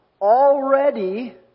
Already